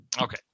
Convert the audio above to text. Okay